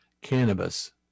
cannabis